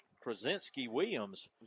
Krasinski-Williams